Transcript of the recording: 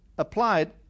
applied